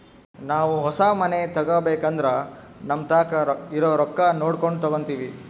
ನಾವು ಹೊಸ ಮನೆ ತಗಬೇಕಂದ್ರ ನಮತಾಕ ಇರೊ ರೊಕ್ಕ ನೋಡಕೊಂಡು ತಗಂತಿವಿ